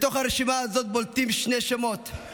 בתוך הרשימה הזאת בולטים שני שמות: